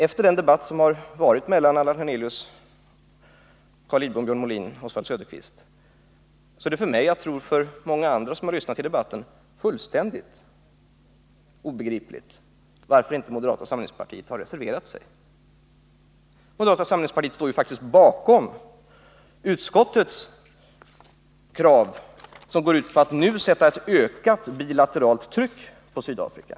Efter denna debatt mellan Allan Hernelius, Carl Lidbom, Björn Molin och Oswald Söderqvist är det för mig — och troligen för många andra som har lyssnat till debatten — fullständigt obegripligt varför inte moderata samlingspartiet har reserverat sig. Moderata samlingspartiet står ju faktiskt bakom utskottets krav, som går ut på att nu sätta ett ökat bilateralt tryck på Sydafrika.